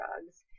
drugs